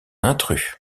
intrus